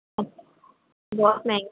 अच् बहुत महँगी